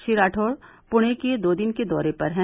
श्री राठौड़ पुणे के दो दिन के दौरे पर हैं